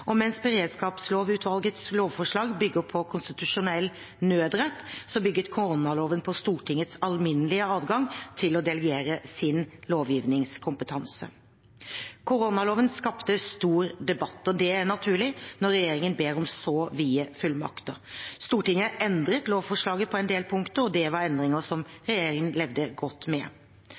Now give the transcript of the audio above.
Og mens beredskapslovutvalgets lovforslag bygger på konstitusjonell nødrett, bygget koronaloven på Stortingets alminnelige adgang til å delegere sin lovgivningskompetanse. Koronaloven skapte stor debatt, og det er naturlig når regjeringen ber om så vide fullmakter. Stortinget endret lovforslaget på en del punkter, og det var endringer som regjeringen levde godt med.